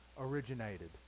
originated